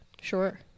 Sure